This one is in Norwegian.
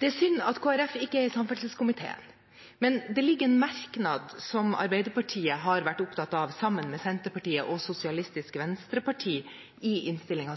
Det er synd at Kristelig Folkeparti ikke er i samferdselskomiteen, men i innstillingen ligger det en merknad som Arbeiderpartiet har vært opptatt av, sammen med Senterpartiet og Sosialistisk Venstreparti,